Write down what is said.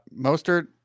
Mostert